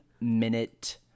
Minute